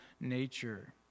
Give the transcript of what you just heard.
nature